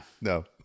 No